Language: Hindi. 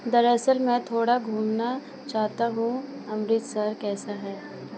दरअसल मैं थोड़ा घूमना चाहता हूँ अमृतसर कैसा है